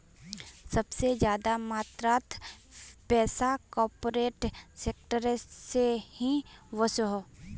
सबसे ज्यादा मात्रात पैसा कॉर्पोरेट सेक्टर से ही वोसोह